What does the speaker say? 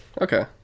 Okay